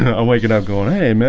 ah i'm waking up going hey, man